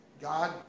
God